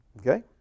Okay